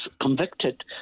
convicted